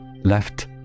left